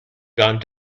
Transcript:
gone